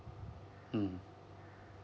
mm